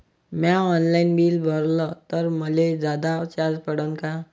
म्या online bill भरलं तर मले जादा चार्ज पडन का?